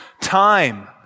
time